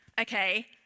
okay